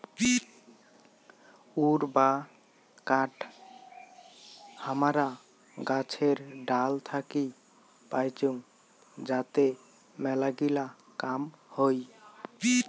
would বা কাঠ হামারা গাছের ডাল থাকি পাইচুঙ যাতে মেলাগিলা কাম হই